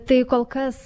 tai kol kas